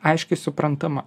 aiškiai suprantama